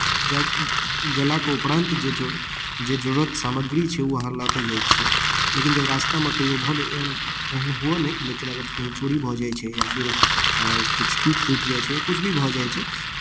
जाइ जेलाक उपरांत जे जरू जे जरूरत सामग्री छै ओ अहाँ लऽ कऽ जाइ छियै लेकिन जब रास्तामे कहियो भऽ एहन हुअय नहि अगर कहीँ चोरी भऽ जाइत छै या फेर किछु टूटि फूटि जाइ छै या किछु भी भऽ जाइत छै